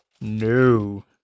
No